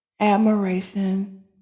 admiration